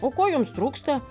o ko joms trūksta